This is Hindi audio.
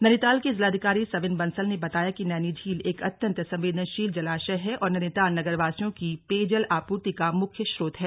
नैनीताल के जिलाधिकारी सविन बंसल ने बताया कि नैनीझील एक अत्यन्त संवेदनशील जलाशय है और नैनीताल नगरवासियों की पेयजल आपूर्ति का मुख्य स्रोत है